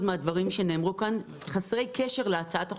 מהדברים שנאמרו כאן הם חסרי קשר להצעת החוק,